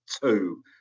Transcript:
two